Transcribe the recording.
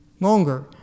longer